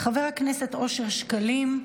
חבר הכנסת אושר שקלים.